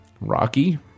Rocky